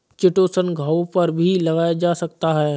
chitosan घावों पर भी लगाया जा सकता है